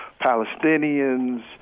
Palestinians